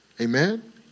Amen